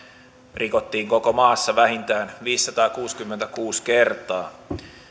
rikottiin koko maassa vähintään viisisataakuusikymmentäkuusi kertaa